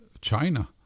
China